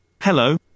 Hello